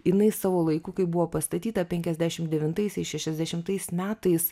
jinai savo laiku kai buvo pastatyta penkiasdešim devintais ir šešiasdešimtais metais